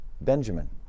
Benjamin